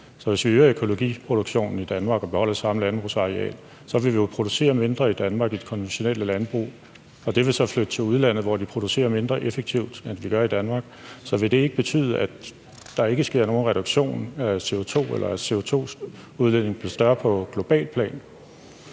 hvis vi øger den økologiske produktion i Danmark og beholder det samme landbrugsareal, så vil vi jo producere mindre i Danmark i det konventionelle landbrug, og det vil så flytte til udlandet, hvor de producerer mindre effektivt, end vi gør i Danmark. Så vil det ikke betyde, at der ikke sker nogen reduktion af CO2, eller at CO2-udledningen bliver større på globalt plan?